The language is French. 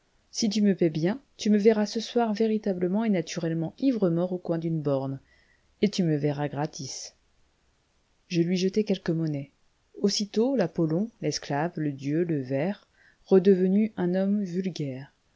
si tu me paies bien tu me verras ce soir véritablement et naturellement ivre-mort au coin d'une borne et tu me verras gratis je lui jetai quelque monnaie aussitôt l'apollon l'esclave le dieu le ver redevenus un homme vulgaire